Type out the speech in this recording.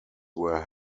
were